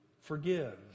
Forgive